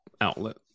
outlet